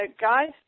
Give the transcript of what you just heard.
guys